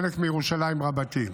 חלק מירושלים רבתי.